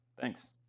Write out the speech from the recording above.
Thanks